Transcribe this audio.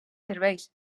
serveis